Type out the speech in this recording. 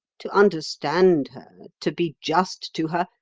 to understand her, to be just to her,